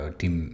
team